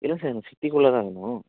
இல்லை சார் சிட்டிக்குள்ளே தான் இருந்தோம்